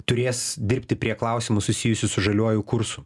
turės dirbti prie klausimų susijusių su žaliuoju kursu